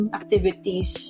activities